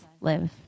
live